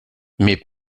mais